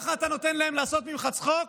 ככה אתה נותן להם לעשות ממך צחוק?